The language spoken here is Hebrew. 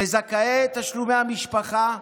לזכאי תשלומי המשפחה,